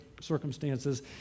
circumstances